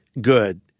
good